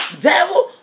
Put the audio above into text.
devil